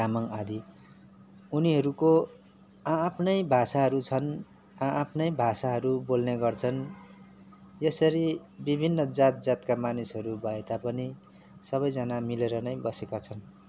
तामाङ आदि उनीहरूको आ आफ्नै भाषाहरू छन् आ आफ्नै भाषाहरू बोल्ने गर्छन् यसरी विभिन्न जात जातका मानिसहरू भए तापनि सबैजना मिलेर नै बसेका छन्